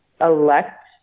elect